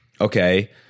okay